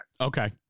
Okay